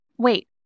Wait